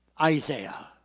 Isaiah